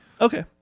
Okay